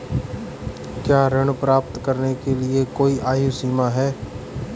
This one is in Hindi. क्या ऋण प्राप्त करने के लिए कोई आयु सीमा है?